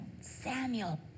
Samuel